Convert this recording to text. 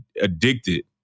addicted